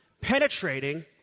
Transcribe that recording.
penetrating